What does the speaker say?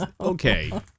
okay